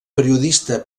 periodista